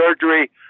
surgery